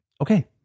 Okay